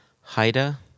Haida